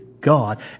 God